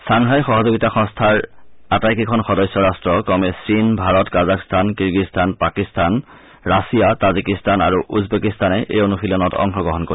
Shanghai সহযোগিতা সংস্থাৰ আটাইকেইখন সদস্য ৰাষ্ট্ৰ ক্ৰমে চীন Bharat Kazakhstan Kyrgyzstan Pakistan Russia Tajikistan আৰু উজবেকিস্তানে এই অনুশীলনত অংশগ্ৰহণ কৰিব